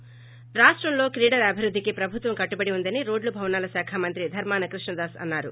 ి రాష్టంలో క్రీడల అభివృద్దికి ప్రభుత్వం కట్టుబడి ఉందని రోడ్లు భవనాల శాఖ మంత్రి ధర్శాన కృష్ణదాస్ అన్నారు